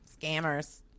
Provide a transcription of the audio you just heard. scammers